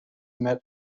met